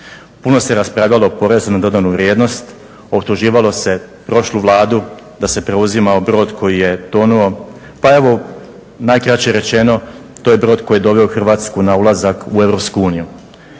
Puno se raspravljalo o PDV-u, optuživalo se prošlu Vladu da se preuzimao brod koji je tonuo pa evo najkraće rečeno to je brod koji je doveo Hrvatsku na ulazak u